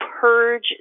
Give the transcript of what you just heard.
purge